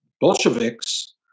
Bolsheviks